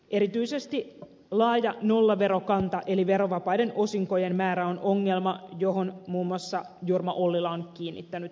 erityisesti laaja nollaverokanta eli verovapaiden osinkojen määrä on ongelma johon muun muassa jorma ollila on kiinnittänyt huomiota